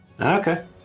Okay